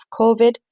COVID